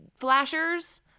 flashers